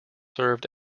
served